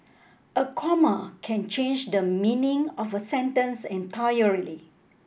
a comma can change the meaning of a sentence entirely